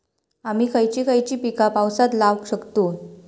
आम्ही खयची खयची पीका पावसात लावक शकतु?